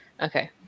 Okay